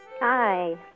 Hi